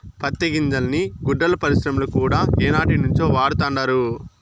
పత్తి గింజల్ని గుడ్డల పరిశ్రమల కూడా ఏనాటినుంచో వాడతండారు